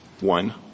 one